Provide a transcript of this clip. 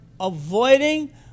avoiding